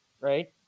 right